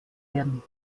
werden